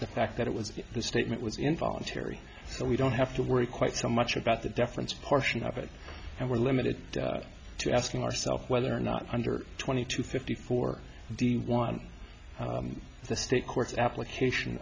the fact that it was the statement was involuntary so we don't have to worry quite so much about the deference portion of it and we're limited to asking ourselves whether or not under twenty to fifty four d won the state courts application